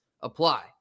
apply